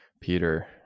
Peter